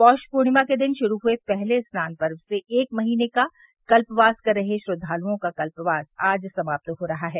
पौष पूर्णिमा के दिन शुरू हए पहले स्नान पर्व से एक महीने का कल्पवास कर रहे श्रद्वालुओं का कल्पवास आज समाप्त हो रहा है